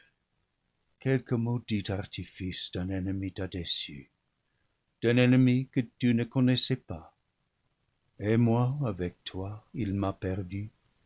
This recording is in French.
artifice d'un ennemi t'a déçue d'un ennemi que tu ne connaissais pas et moi avec loi il m'a perdu